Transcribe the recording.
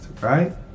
Right